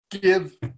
Give